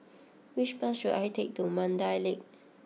which bus should I take to Mandai Lake